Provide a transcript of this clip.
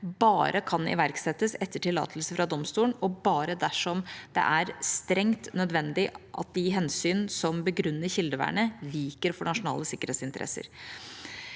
bare kan iverksettes etter tillatelse fra domstolen, og bare dersom det er strengt nødvendig at de hensyn som begrunner kildevernet, viker for nasjonale sikkerhetsinteresser.